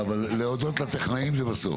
להודות לטכנאים זה בסוף.